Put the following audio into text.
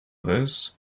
this